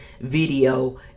video